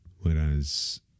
Whereas